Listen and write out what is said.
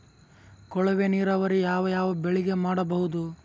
ಕೊಳವೆ ನೀರಾವರಿ ಯಾವ್ ಯಾವ್ ಬೆಳಿಗ ಮಾಡಬಹುದು?